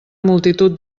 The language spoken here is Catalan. multitud